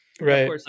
Right